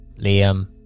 Liam